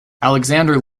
alexander